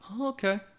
Okay